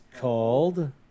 called